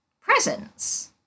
Presents